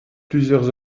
plusieurs